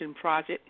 Project